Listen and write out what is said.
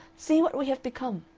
see what we have become.